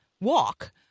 walk